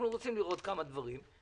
אנחנו רוצים לראות כמה דברים.